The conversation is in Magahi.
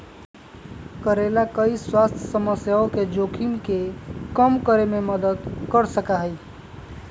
करेला कई स्वास्थ्य समस्याओं के जोखिम के कम करे में मदद कर सका हई